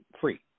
free